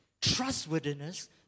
trustworthiness